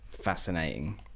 fascinating